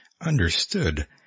Understood